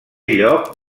lloc